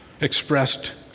expressed